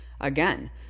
again